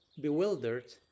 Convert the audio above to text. bewildered